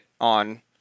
on